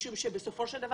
משום שבסופו של דבר,